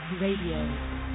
Radio